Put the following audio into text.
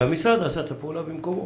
והמשרד עשה את הפעולה במקומה.